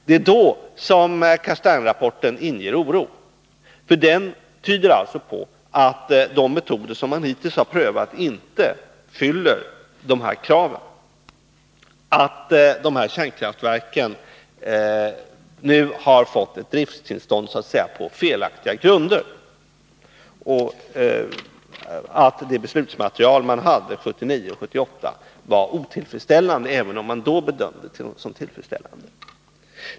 Det är härvidlag Castaingrapporten inger oro, eftersom den tyder på att de metoder som man hittills har prövat inte fyller kraven, att de här kärnkraftverken har fått ett drifttillstånd på så att säga felaktiga grunder och att beslutsmaterialet 1978 och 1979 var otillfredsställande, även om det då bedömdes som tillfredsställande.